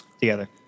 together